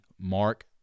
Mark